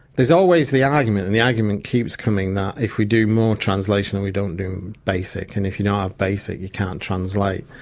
there's always the argument and the argument keeps coming that if we do more translation and we don't do basic, and if you don't have basic you can't translate.